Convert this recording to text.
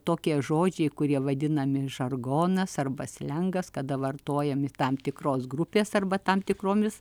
tokie žodžiai kurie vadinami žargonas arba slengas kada vartojami tam tikros grupės arba tam tikromis